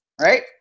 right